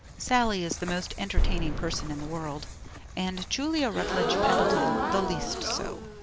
sallie is the most entertaining person in the world and julia rutledge pendleton the least so.